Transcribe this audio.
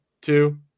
two